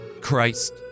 Christ